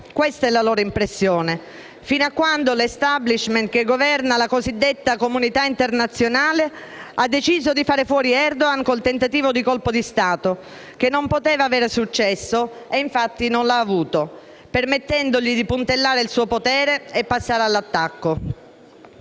questa è la loro impressione - fino a quando l'*establishment* che governa la cosiddetta comunità internazionale ha deciso di fare fuori Erdogan con il tentativo di colpo di Stato, che non poteva avere successo - e, infatti, non l'ha avuto - permettendogli di puntellare il suo potere e passare all'attacco.